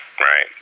right